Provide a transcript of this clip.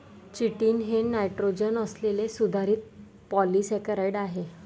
chitin हे nitrogen असलेले सुधारित पॉलिसेकेराइड आहे